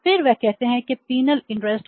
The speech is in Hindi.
फिर वे कहते हैं कि पेनल इंटरेस्ट